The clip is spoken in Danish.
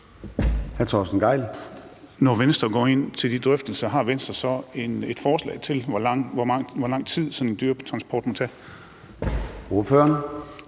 Når Venstre går ind til de drøftelser, har Venstre så et forslag til, hvor lang tid sådan en dyretransport må tage?